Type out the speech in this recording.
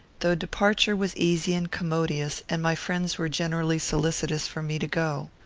though departure was easy and commodious, and my friends were generally solicitous for me to go.